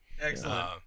Excellent